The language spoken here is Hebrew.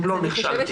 אם לא נכשלתי,